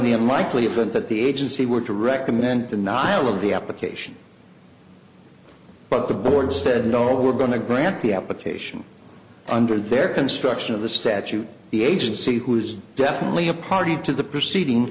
the unlikely event that the agency were to recommend denial of the application but the board said no we're going to grant the application under their instruction of the statute the agency who is definitely a party to the proceeding